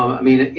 i mean,